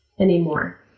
anymore